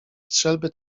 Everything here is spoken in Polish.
strzelby